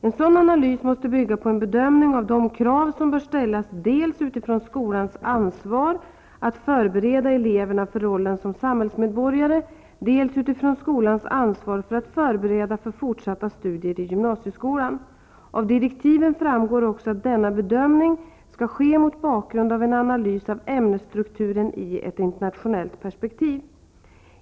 En sådan analys måste bygga på en bedömning av de krav som bör ställas dels utifrån skolans ansvar att förbereda eleverna för rollen som samhällsmedborgare, dels utifrån skolans ansvar för att förbereda för fortsatta studier i gymnasieskolan. Av direktiven framgår också att denna bedömning skall ske mot bakgrund av en analys av ämnesstrukturen i ett internationellt perspektiv.